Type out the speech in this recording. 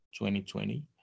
2020